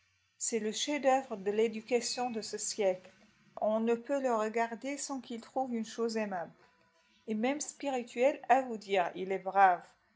c'est le chef-d'oeuvre de l'éducation de ce siècle on ne peut le regarder sans qu'il trouve une chose aimable et même spirituelle à vous dire il est brave